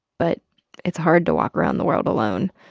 but it's hard to walk around the world alone.